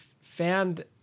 found